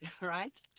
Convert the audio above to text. right